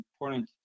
important